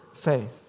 faith